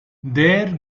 there